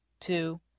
two